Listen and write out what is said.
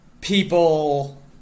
people